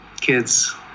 kids